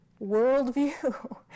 worldview